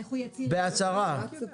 בהצהרה.